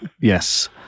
yes